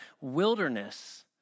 wilderness